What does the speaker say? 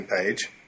page